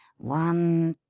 one,